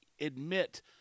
admit